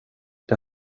det